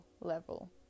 level